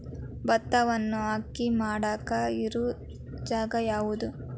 ಭತ್ತವನ್ನು ಅಕ್ಕಿ ಮಾಡಾಕ ಇರು ಜಾಗ ಯಾವುದು?